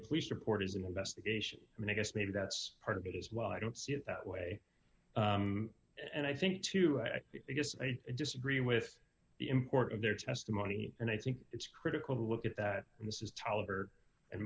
a police report is an investigation i mean i guess maybe that's part of it as well i don't see it that way and i think to i guess i disagree with the import of their testimony and i think it's critical to look at that and this is